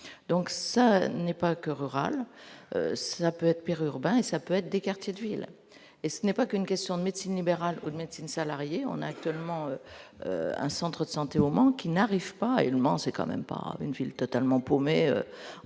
donc ça n'est pas que rural, ça peut être pire urbain et ça peut être des quartiers d'huile et ce n'est pas qu'une question de médecine libérale une médecine salariée on actuellement, un centre de santé au Mans qui n'arrive pas à réellement c'est quand même pas une ville totalement paumé